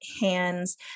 hands